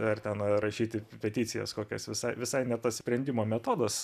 ar ten rašyti peticijas kokias visai visai ne tas sprendimo metodas